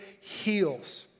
heals